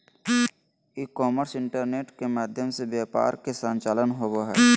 ई commerce internet के माध्यम से व्यापार के संचालन होबा हइ